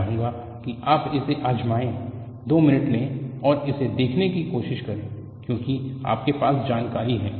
मैं चाहूंगा कि आप इसे आज़माएं 2 मिनट लें और इसे देखने की कोशिश करें क्योंकि आपके पास जानकारी है